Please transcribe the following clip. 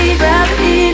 gravity